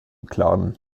klaren